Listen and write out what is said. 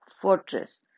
fortress